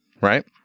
right